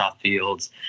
fields